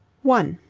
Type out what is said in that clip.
one